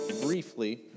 Briefly